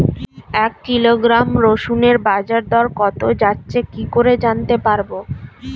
এক কিলোগ্রাম রসুনের বাজার দর কত যাচ্ছে কি করে জানতে পারবো?